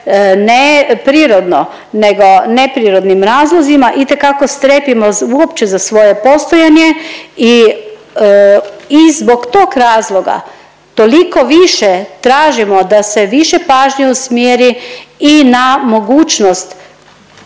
ne prirodno nego neprirodnim razlozima itekako strepimo uopće za svoje postojanje i zbog tog razloga toliko više tražimo da se više pažnje usmjeri i na mogućnost